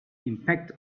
impact